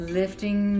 lifting